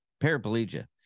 Paraplegia